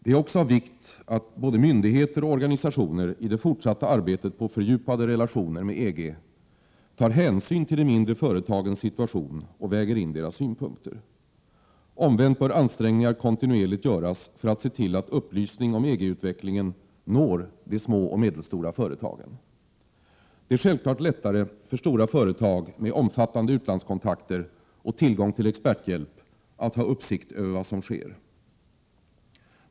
Det är också av vikt att både myndigheter och organisationer i det fortsatta arbetet på fördjupade relationer med EG tar hänsyn till de mindre företagens situation och väger in deras synpunkter. Omvänt bör ansträngningar kontinuerligt göras för att se till att upplysning om EG-utvecklingen når de små och medelstora företagen. Det är självfallet lättare för stora företag med omfattande utlandskontakter och tillgång till experthjälp att ha uppsikt över vad som sker.